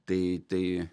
tai tai